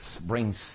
brings